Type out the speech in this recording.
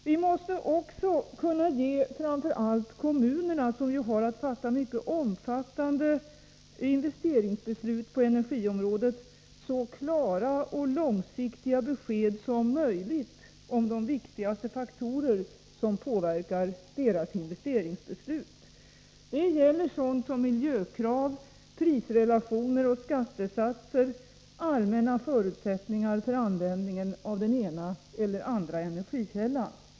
Vi måste också kunna ge framför allt kommunerna, som ju har att fatta mycket omfattande investeringsbeslut på energiområdet, så klara och långsiktiga besked som möjligt om de viktigaste faktorer som påverkar deras investeringsbeslut. Det gäller sådant som miljökrav, prisrelationer och skattesatser, allmänna förutsättningar för användningen av den ena eller andra energikällan.